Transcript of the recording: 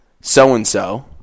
so-and-so